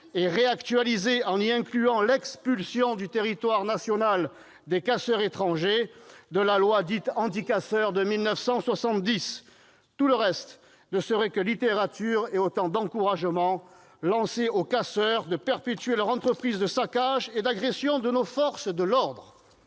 et réactualiser, en y incluant l'expulsion du territoire national des casseurs étrangers, la loi dite « anti-casseurs » de 1970. Tout le reste ne serait que littérature et autant d'encouragements lancés aux casseurs pour perpétuer leur entreprise de saccage et d'agression de nos forces de l'ordre.